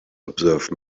observe